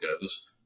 goes